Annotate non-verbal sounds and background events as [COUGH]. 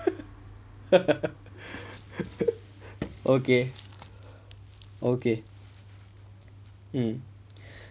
[LAUGHS] okay okay mm